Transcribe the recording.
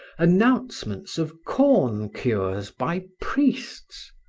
announcements of corn cures by priests.